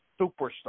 superstar